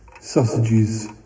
Sausages